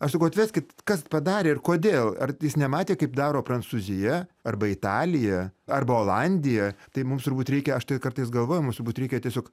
aš sakau atveskit kas padarė ir kodėl ar jis nematė kaip daro prancūzija arba italija arba olandija tai mums turbūt reikia aš tai kartais galvoju mums turbūt reikia tiesiog